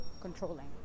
controlling